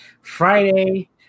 Friday